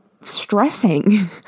stressing